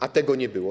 A tego nie było.